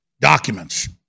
documents